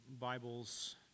Bibles